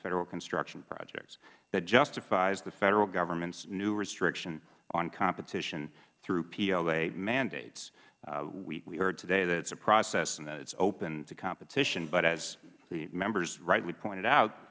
federal construction projects that justifies the federal government's new restriction on competition through pla mandates we heard today that it's a process and that it's open to competition but as the members rightly pointed out